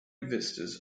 vistas